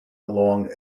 along